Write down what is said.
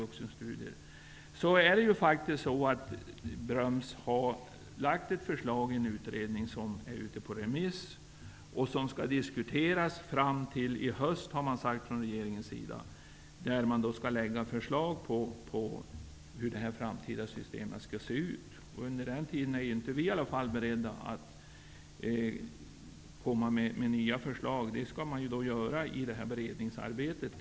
Det är ju så, att efter utredning har Bröms lagt fram ett förslag som nu är ute på remiss. Det här förslaget skall diskuteras fram till i höst har regeringen sagt. Därefter skall förslag om hur det framtida systemet skall se ut läggas fram. Vi är inte beredda att under tiden komma med nya förslag. Förslagen skall läggas fram i samband med beredningsarbetet.